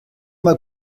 mal